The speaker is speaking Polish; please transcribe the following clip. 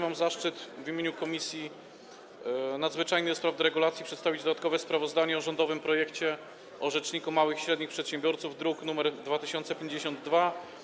Mam zaszczyt w imieniu Komisji Nadzwyczajnej do spraw deregulacji przedstawić dodatkowe sprawozdanie o rządowym projekcie ustawy o Rzeczniku Małych i Średnich Przedsiębiorców, druk nr 2052.